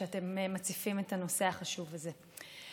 שאתם מציפים את הנושא החשוב הזה.